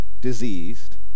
diseased